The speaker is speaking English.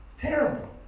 terrible